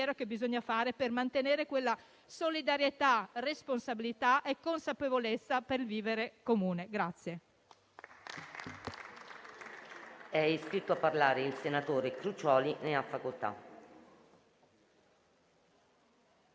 che bisogna fare per mantenere quella solidarietà, responsabilità e consapevolezza necessari per il vivere comune.